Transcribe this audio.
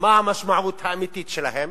מה המשמעות האמיתית שלהם,